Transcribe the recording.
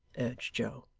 asked joe,